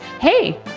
Hey